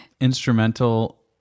Instrumental